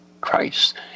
Christ